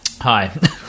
hi